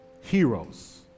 heroes